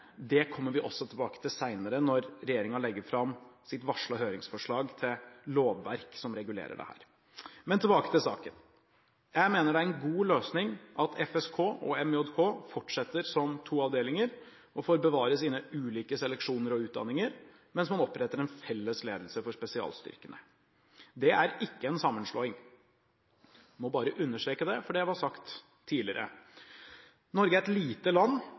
Det kommer vi også tilbake til senere når regjeringen legger fram sitt varslede høringsforslag til lovverk som regulerer dette. Men tilbake til saken: Jeg mener det er en god løsning at FSK og MJK fortsetter som to avdelinger, og får bevare sine ulike seleksjoner og utdanninger, mens man oppretter en felles ledelse for spesialstyrkene. Det er ikke en sammenslåing – jeg må bare understreke det, for det ble sagt tidligere. Norge er et lite land,